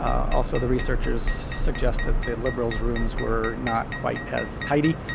also, the researchers suggested the liberals' rooms were not quite as tidy